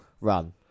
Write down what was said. run